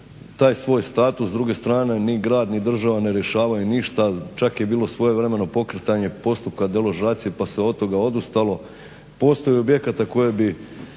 taj svoj status, s druge strane ni grad ni država ne rješavaju ništa. Čak je bilo i svojevremeno pokretanje postupka deložacije pa se od toga odustalo. Postoje objekti koje bi